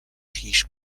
خویش